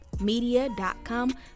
media.com